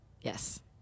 Yes